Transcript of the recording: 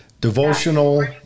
devotional